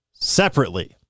Separately